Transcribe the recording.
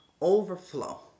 overflow